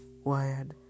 wired